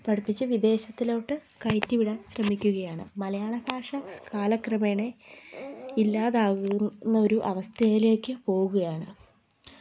പഠിപ്പിച്ച് വിദേശത്തിലോട്ട് കയറ്റിവിടാൻ ശ്രമിക്കുകയാണ് മലയാള ഭാഷ കാലക്രമേണ ഇല്ലാതാകുന്ന ഒരു അവസ്ഥയിലേക്ക് പോവുകയാണ്